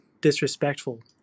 disrespectful